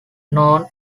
known